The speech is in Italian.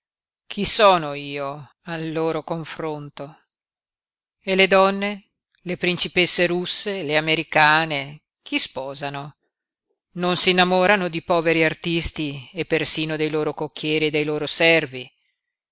chi sono io al loro confronto e le donne le principesse russe le americane chi sposano non s'innamorano di poveri artisti e persino dei loro cocchieri e dei loro servi